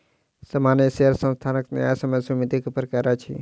सामान्य शेयर संस्थानक न्यायसम्य स्वामित्वक प्रकार अछि